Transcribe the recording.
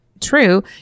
true